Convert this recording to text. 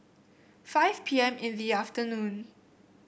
five P M in the afternoon